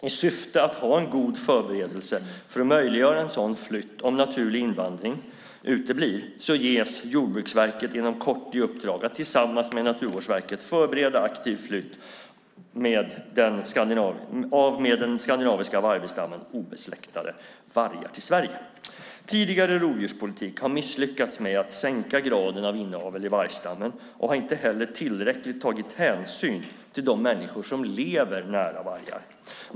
I syfte att ha en god förberedelse för att möjliggöra en sådan flytt om naturlig invandring uteblir ska Jordbruksverket inom kort ges i uppdrag att tillsammans med Naturvårdsverket förbereda aktiv flytt av med den skandinaviska vargstammen obesläktade vargar till Sverige. Tidigare rovdjurspolitik har misslyckats med att sänka graden av inavel i vargstammen och har inte heller tillräckligt tagit hänsyn till de människor som lever nära vargar.